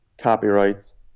copyrights